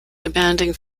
demanding